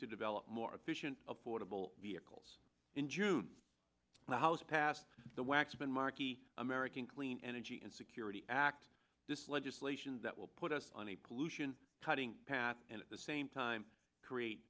to develop more efficient affordable vehicles in june the house passed the waxman markey american clean energy and security act this legislation that will put us on a pollution cutting path and at the same time create